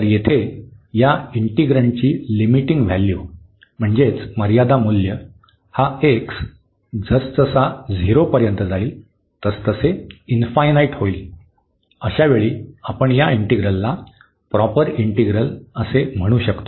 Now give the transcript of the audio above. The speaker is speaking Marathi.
तर येथे या इन्टीग्रन्डची लिमिटिंग व्हॅल्यू म्हणजे मर्यादा मूल्य हा x जसजसे 0 पर्यंत जाईल तसे होईल अशावेळी आपण या इंटिग्रलला प्रॉपर इंटिग्रल असे म्हणू शकतो